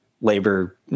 labor